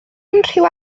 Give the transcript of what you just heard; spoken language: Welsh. unrhyw